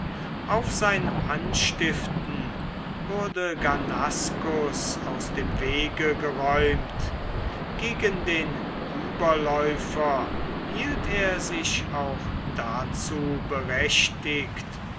auf sein anstiften wurde gannascus aus dem wege geräumt gegen den überläufer hielt er sich auch dazu berechtigt